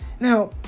Now